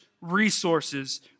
resources